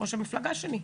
לראש המפלגה שלי,